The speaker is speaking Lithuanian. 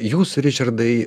jūs ričardai